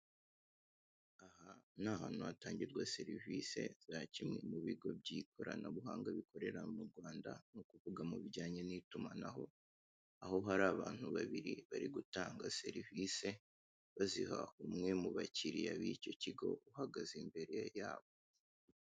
Aha ni ahantu hatangirwa serivise za kimwe mubigo by'ikoranabuhanga bikorera m'urwanda ni ukuvugu mubijyanye n'itumanaho aho hari abantu babiri bari gutanga serivise baziha umwe mubakiriya bicyo kigo uhagaze imbere yabo.